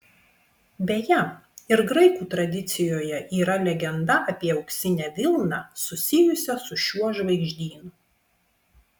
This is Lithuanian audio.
beje ir graikų tradicijoje yra legenda apie auksinę vilną susijusią su šiuo žvaigždynu